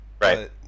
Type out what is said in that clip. right